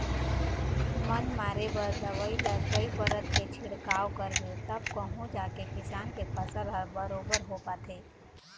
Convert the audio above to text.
बन मारे बर दवई ल कई परत के छिड़काव करबे तब कहूँ जाके किसान के फसल ह बरोबर हो पाथे